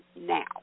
Now